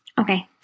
Okay